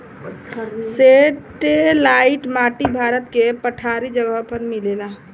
satellite माटी भारत के पठारी जगह पर मिलेला